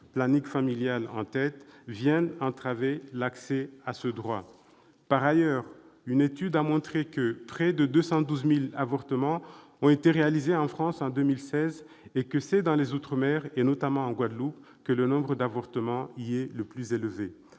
planning familial en tête -viennent entraver l'accès à ce droit. Par ailleurs, une étude a montré que près de 212 000 avortements ont été réalisés en France en 2016. C'est dans les outre-mer, notamment en Guadeloupe, que le nombre d'IVG est le plus élevé.